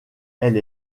elle